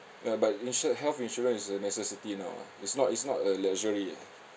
ya but insure~ health insurance is a necessity now ah it's not it's not a luxury ah